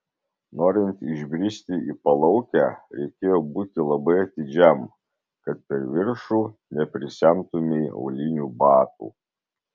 norint išbristi į palaukę reikėjo būti labai atidžiam kad per viršų neprisemtumei aulinių batų